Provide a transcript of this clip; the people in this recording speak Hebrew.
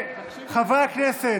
חברי הכנסת,